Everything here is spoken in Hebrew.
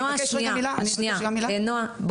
נועה, לא